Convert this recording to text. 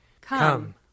Come